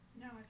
No